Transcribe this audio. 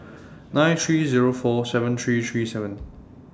nine three Zero four seven three three seven